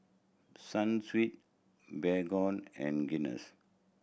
Sunsweet Baygon and Guinness